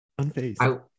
Unfazed